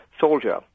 soldier